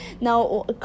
now